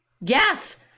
Yes